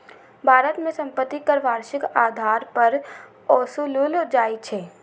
भारत मे संपत्ति कर वार्षिक आधार पर ओसूलल जाइ छै